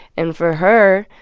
and for her,